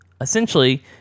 essentially